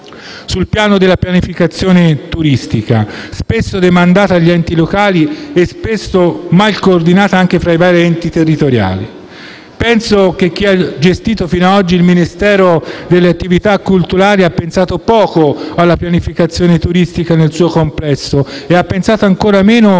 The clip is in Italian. sul piano della pianificazione turistica, spesso demandata agli enti locali e spesso mal coordinata anche fra i vari enti territoriali. Penso che chi ha gestito fino ad oggi il Ministero per i beni e le attività culturali ha pensato poco alla pianificazione turistica nel suo complesso e ancor meno e